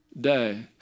day